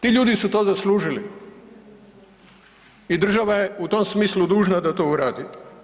Ti ljudi su to zaslužili i država je u tom smislu dužna da to uradi.